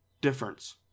difference